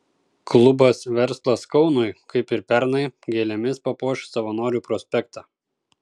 klubas verslas kaunui kaip ir pernai gėlėmis papuoš savanorių prospektą